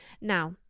Now